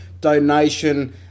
donation